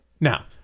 Now